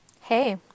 Hey